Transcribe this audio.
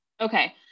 okay